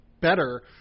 better